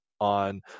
on